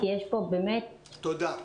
תודה.